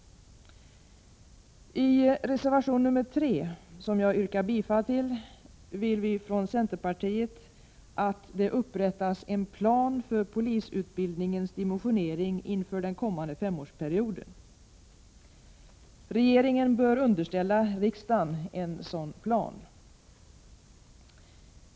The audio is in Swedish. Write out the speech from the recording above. I reservation 3, som jag yrkar bifall till, föreslår vi från centerpartiet att det upprättas en plan för polisutbildningens dimensionering inför den kommande femårsperioden. Regeringen bör underställa riksdagen en sådan plan.